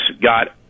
got